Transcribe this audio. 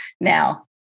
now